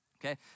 okay